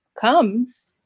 comes